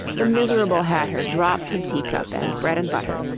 the miserable hatter dropped his teacup and bread-and-butter,